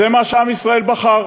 זה מה שעם ישראל בחר.